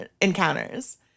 encounters